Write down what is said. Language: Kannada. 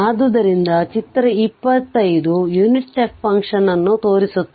ಆದ್ದರಿಂದ ಚಿತ್ರ 25 ವು ಯುನಿಟ್ ಸ್ಟೆಪ್ ಫಂಕ್ಷನ್ ಅನ್ನು ತೋರಿಸುತ್ತದೆ